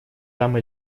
там